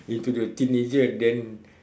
into the teenager then